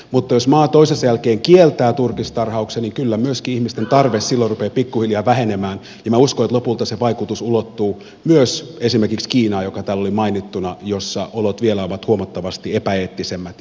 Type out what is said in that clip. mutta jos maa toisensa jälkeen kieltää turkistarhauksen niin kyllä myöskin ihmisten tarve silloin rupeaa pikku hiljaa vähenemään ja minä uskon että lopulta sen vaikutus ulottuu myös esimerkiksi kiinaan joka täällä oli mainittuna jossa olot ovat vielä huomattavasti epäeettisemmät ja hankalammat